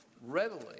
readily